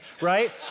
right